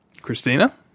Christina